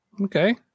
Okay